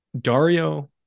Dario